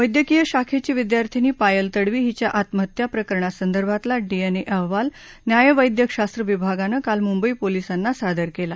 वैद्यकीय शाखेची विद्यार्थिनी पायल तडवी हिच्या आत्महत्या प्रकरणा संदर्भातला डिएनए अहवाल न्याय वैद्यकशास्त्र विभागानं काल मुंबई पोलिसांना सादर केला